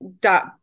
dot